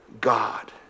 God